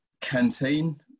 canteen